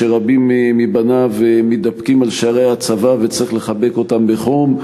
שרבים מבניו מתדפקים על שערי הצבא וצריך לחבק אותם בחום.